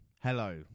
hello